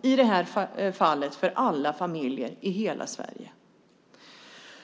- i det här fallet för alla familjer i hela Sverige.